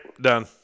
Done